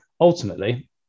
Ultimately